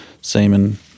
semen